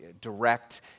direct